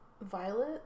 Violet